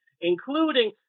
including